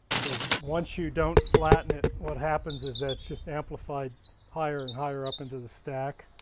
because once you don't flatten it, what happens is it's just amplified higher and higher up into the stack.